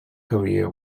career